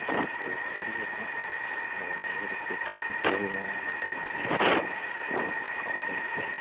இப்போ third year தான் இன்னும் ஒன் இயர் இருக்கு டக்குன்னு போயிரும் பட் மிஸ் காலேஜ் லைஃப்